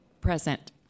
Present